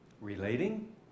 relating